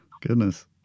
Goodness